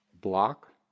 Block